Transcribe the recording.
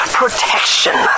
protection